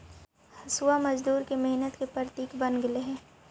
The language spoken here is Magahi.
हँसुआ मजदूर के मेहनत के प्रतीक बन गेले हई